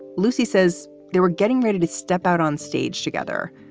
lucy says they were getting ready to step out on stage together.